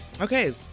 Okay